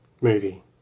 movie